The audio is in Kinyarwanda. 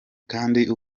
kandi